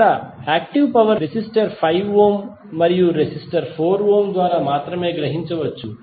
ఇక్కడ active power ని resistor 5 ohm మరియు రెసిస్టర్ 4 ఓం ద్వారా మాత్రమే గ్రహించవచ్చు